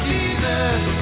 Jesus